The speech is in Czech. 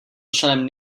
členem